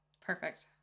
Perfect